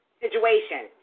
situation